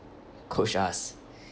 coach us